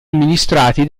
amministrati